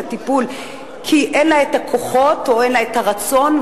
הטיפול כי אין לה הכוחות או אין לה הרצון,